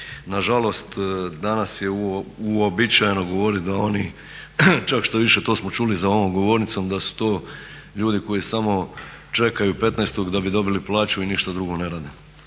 Nažalost danas je uobičajeno govoriti da oni, čak štoviše to smo čuli za ovom govornicom da su to ljudi koji samo čekaju 15 da bi dobili plaću i ništa drugo ne rade,